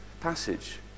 passage